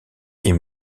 est